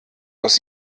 aus